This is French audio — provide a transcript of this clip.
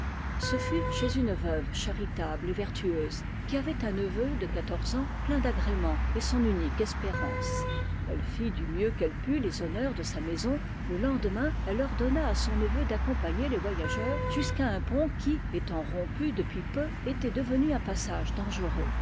ce fut chez une veuve charitable et vertueuse qui avait un neveu de quatorze ans plein d'agréments et son unique espérance elle fit du mieux qu'elle put les honneurs de sa maison le lendemain elle ordonna à son neveu d'accompagner les voyageurs jusqu'à un pont qui étant rompu depuis peu était devenu un passage dangereux